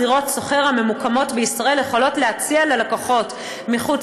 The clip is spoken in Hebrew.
זירות סוחר בישראל יכולות להציע ללקוחות מחוץ